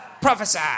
Prophesy